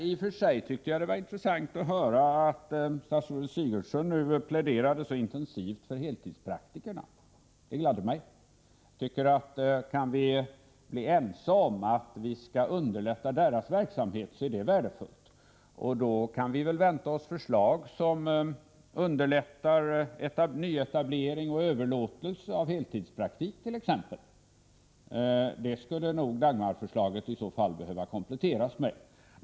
I och för sig var det intressant att höra statsrådet Sigurdsen nu plädera så intensivt för heltidspraktikerna. Det gladde mig. Det är värdefullt om vi kan bli ense om att vi skall underlätta deras verksamhet. Då kanske vi kan vänta oss förslag som underlättar t.ex. nyetablering och överlåtelser av heltidspraktiker. Det skulle nog Dagmarförslaget i så fall behöva kompletteras med.